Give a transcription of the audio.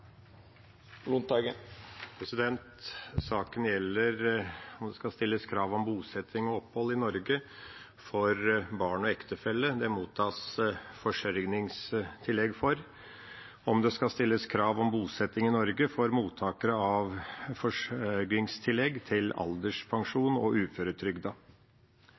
Saken gjelder om det skal stilles krav om bosetting og opphold i Norge for barn og ektefelle det mottas forsørgingstillegg for, og om det skal stilles krav om bosetting i Norge for mottakere av forsørgingstillegg til alderspensjon og